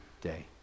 day